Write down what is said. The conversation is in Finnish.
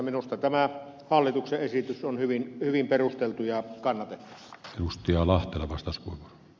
minusta tämä hallituksen esitys on hyvin perusteltu ja kannatettava